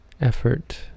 effort